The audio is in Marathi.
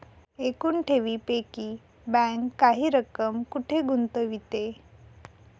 एकूण ठेवींपैकी बँक काही रक्कम कुठे गुंतविते?